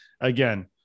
Again